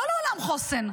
לא לעולם חוסן.